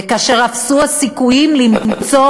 וכאשר אפסו הסיכויים למצוא,